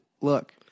Look